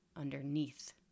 underneath